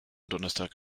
donnerstag